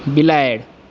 बिलाड़ि